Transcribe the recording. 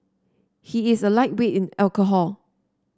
he is a lightweight in alcohol